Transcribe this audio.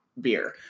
beer